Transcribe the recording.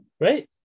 Right